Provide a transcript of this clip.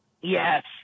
Yes